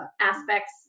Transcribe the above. aspects